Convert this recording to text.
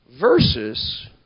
versus